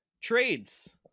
trades